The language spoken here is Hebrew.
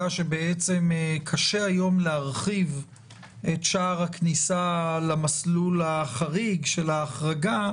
שקשה היום להרחיב את שער הכניסה למסלול של ההחרגה,